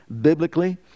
biblically